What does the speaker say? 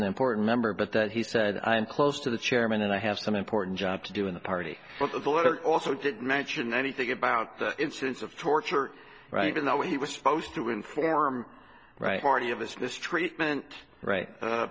an important member but that he said i'm close to the chairman and i have some important job to do in the party but also didn't mention anything about the incidence of torture right in the way he was supposed to inform right party of his mistreatment right